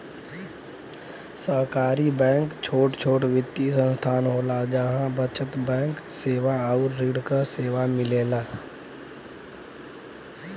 सहकारी बैंक छोट छोट वित्तीय संस्थान होला जहा बचत बैंक सेवा आउर ऋण क सेवा मिलेला